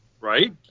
right